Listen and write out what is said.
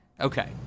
Okay